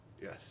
yes